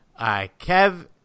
Kev